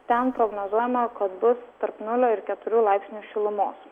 ten prognozuojama kad bus tarp nulio ir keturių laipsnių šilumos